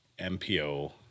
MPO